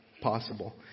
possible